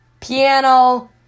piano